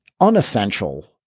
unessential